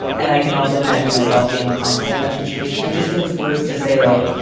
and i can also imagine myself being uncomfortable in that situation. i just think it's worth to say, like,